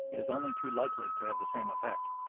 it is only too likely to have the same effect.